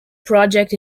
project